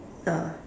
ah